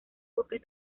bosques